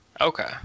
Okay